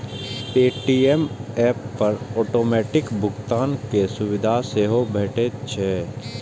Paytm app पर automatic भुगतान के सुविधा सेहो भेटैत छैक